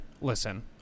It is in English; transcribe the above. listen